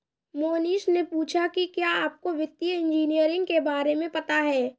मोहनीश ने पूछा कि क्या आपको वित्तीय इंजीनियरिंग के बारे में पता है?